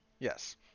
Yes